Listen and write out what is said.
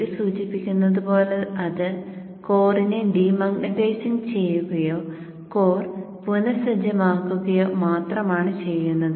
പേര് സൂചിപ്പിക്കുന്നത് പോലെ അത് കോറിനെ ഡീമാഗ്നെറ്റൈസ് ചെയ്യുകയോ കോർ പുനഃസജ്ജമാക്കുകയോ മാത്രമാണ് ചെയ്യുന്നത്